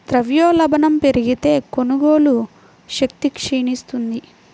ద్రవ్యోల్బణం పెరిగితే, కొనుగోలు శక్తి క్షీణిస్తుంది